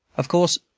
of course,